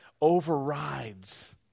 overrides